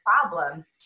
problems